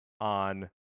on